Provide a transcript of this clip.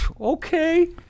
Okay